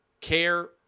care